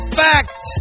fact